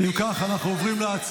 אם כך, אנחנו עוברים להצבעה.